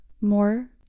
more